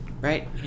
right